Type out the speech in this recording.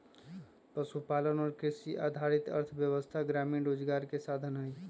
पशुपालन और कृषि आधारित अर्थव्यवस्था ग्रामीण रोजगार के साधन हई